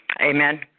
Amen